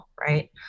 right